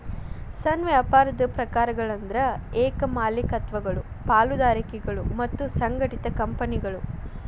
ಸಣ್ಣ ವ್ಯಾಪಾರದ ಪ್ರಕಾರಗಳಂದ್ರ ಏಕ ಮಾಲೇಕತ್ವಗಳು ಪಾಲುದಾರಿಕೆಗಳು ಮತ್ತ ಸಂಘಟಿತ ಕಂಪನಿಗಳು